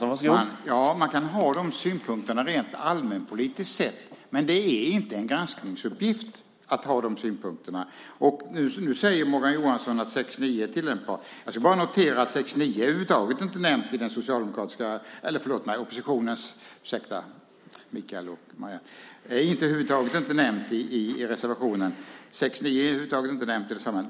Herr talman! Man kan ha de synpunkterna rent allmänpolitiskt. Men det är inte en granskningsuppgift att ha de synpunkterna. Morgan Johansson säger att regeringsformen 6 kap. 9 § är tillämpbar. Jag ska bara notera att regeringsformen 6 kap. 9 § över huvud taget inte nämns i oppositionens reservation.